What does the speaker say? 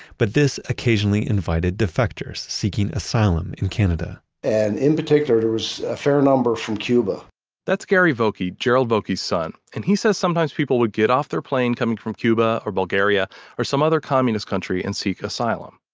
but this occasionally invited defectors seeking asylum in canada and in particular, there was a fair number from cuba that's gary volkey, gerald volkey's son and he says sometimes people would get off their plane, coming from cuba or bulgaria or some other communist country, and seek asylum.